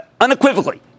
unequivocally